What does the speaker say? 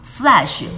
flash